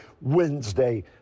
Wednesday